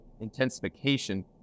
intensification